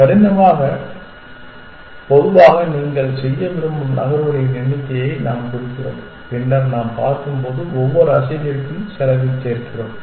கடினமாக பொதுவாக நீங்கள் செய்ய விரும்பும் நகர்வுகளின் எண்ணிக்கையை நாம் குறிக்கிறோம் பின்னர் நாம் பார்க்கும்போது ஒவ்வொரு அசைவிற்கும் செலவைச் சேர்க்கிறோம்